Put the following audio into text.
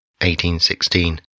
1816